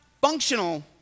functional